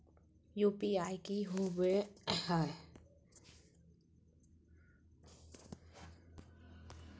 UPI की होवे हय?